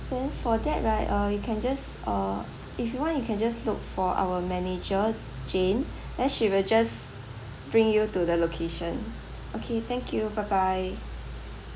so for that right uh you can just uh if you want you can just look for our manager jane then she will just bring you to the location okay thank you bye bye